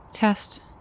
Test